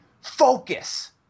focus